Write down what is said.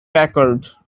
packard